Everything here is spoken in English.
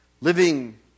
Living